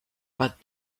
but